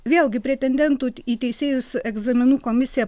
vėlgi pretendentų į teisėjus egzaminų komisija